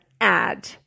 add